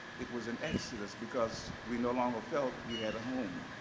it was an exodus, because we no longer felt we had a home.